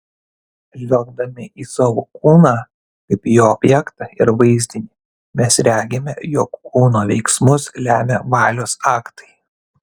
žvelgdami į savo kūną kaip į objektą ir vaizdinį mes regime jog kūno veiksmus lemia valios aktai